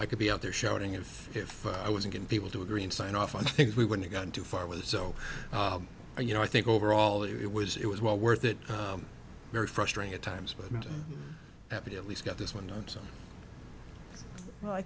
i could be out there shouting if i was getting people to agree and sign off on things we wouldn't gotten too far with so you know i think overall it was it was well worth it very frustrating at times but at least got this one stone well i